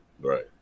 right